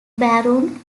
baron